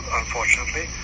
unfortunately